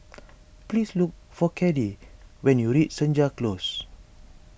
please look for Caddie when you reach Senja Close